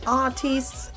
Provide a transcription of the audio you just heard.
artists